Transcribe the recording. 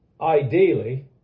ideally